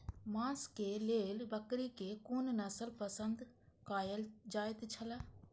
मांस के लेल बकरी के कुन नस्ल पसंद कायल जायत छला?